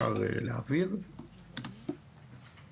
(שקף: תכנון כוח אדם בהוראה).